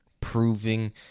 proving